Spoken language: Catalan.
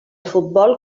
futbol